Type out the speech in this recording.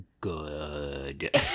good